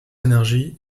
énergie